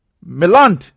Milan